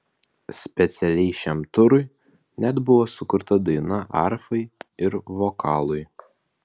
specialiai šiam turui net buvo sukurta daina arfai ir vokalui